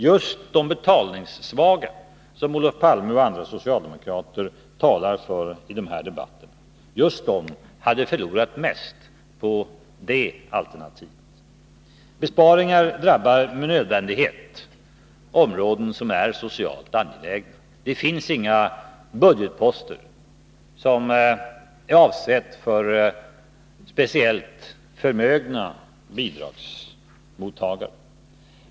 Just de betalningssvaga hushållen, som Olof Palme och andra socialdemokrater talar för i den här debatten, hade förlorat mest på det alternativet. Besparingar drabbar med nödvändighet områden som är socialt angelägna. Det finns inga budgetposter som är avsedda speciellt för förmögna bidragsmottagare.